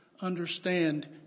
understand